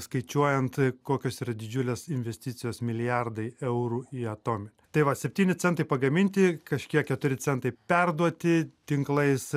skaičiuojant kokios yra didžiulės investicijos milijardai eurų į atomę tai va septyni centai pagaminti kažkiek keturi centai perduoti tinklais